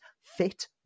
fit